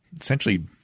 essentially –